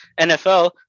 NFL